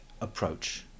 approach